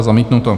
Zamítnuto.